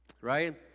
right